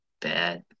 bad